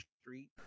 street